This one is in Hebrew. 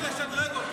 אתה צריך לשדרג אותם.